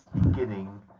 beginning